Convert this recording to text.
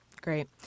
Great